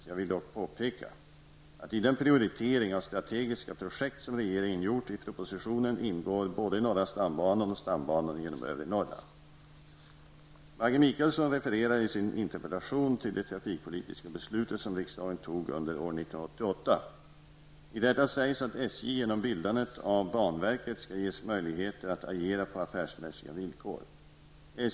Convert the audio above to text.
Jag vill dock påpeka att i den prioritering av strategiska projekt som regeringen gjort i propositionen ingår både norra stambanan och stambanan genom övre Norrland. Maggi Mikaelsson refererar i sin interpellation till det trafikpolitiska beslutet som riksdagen fattade under år 1988. I detta sägs att SJ genom bildandet av banverket skall ges möjligheter att agera på affärsmässiga villkor.